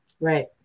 Right